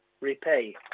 repay